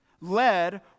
led